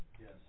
yes